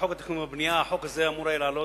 החוק הבאה,